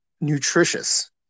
nutritious